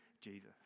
Jesus